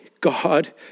God